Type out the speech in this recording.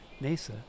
NASA